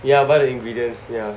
ya buy the ingredients ya